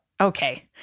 Okay